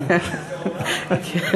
איזה עולם דימויים.